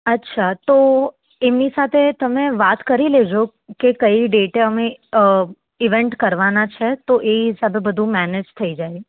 અચ્છા તો એમની સાથે તમે વાત કરી લેજો કે કઈ ડેટે અમે ઇવેંટ કરવાના છે તો એ હિસાબે બધું મેનેજ થઈ જાય